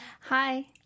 Hi